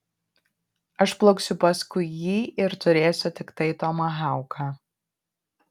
aš plauksiu paskui jį ir turėsiu tiktai tomahauką